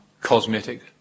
cosmetic